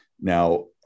Now